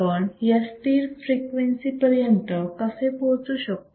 आपण या स्थिर फ्रिक्वेन्सी पर्यंत कसे पोहोचू शकतो